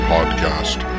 Podcast